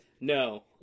No